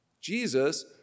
Jesus